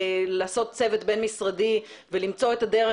לעשות צוות בין משרדי ולמצוא את הדרך,